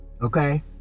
Okay